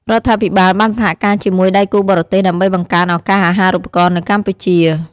រដ្ឋាភិបាលបានសហការជាមួយដៃគូបរទេស ដើម្បីបង្កើនឱកាសអាហារូបករណ៍នៅកម្ពុជា។